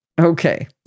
Okay